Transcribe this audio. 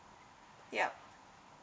yup